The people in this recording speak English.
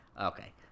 Okay